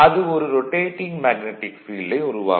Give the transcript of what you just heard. அது ஒரு rotating magnetic ஃபீல்டை உருவாக்கும்